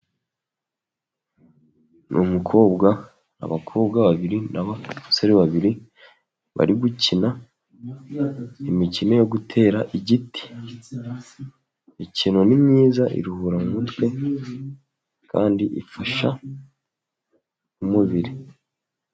Abakobwa babiri n'abasore babiri bari gukina imikino yo gutera igiti. Imikino ni myiza iruhura mu mutwe kandi ifasha umubiri.